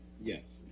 yes